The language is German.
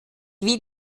will